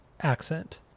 accent